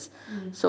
mm